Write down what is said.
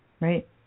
Right